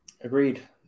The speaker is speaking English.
Agreed